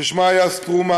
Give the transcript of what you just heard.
ששמה היה "סטרומה",